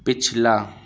پچھلا